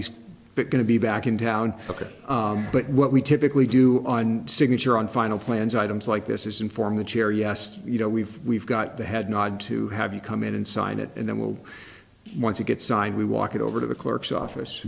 he's going to be back in town ok but what we typically do on signature on final plans items like this is inform the chair yes you know we've we've got the head nod to have you come in and sign it and then we'll once it gets signed we walk it over to the clerk's office